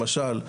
למשל,